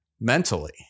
mentally